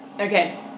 okay